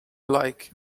like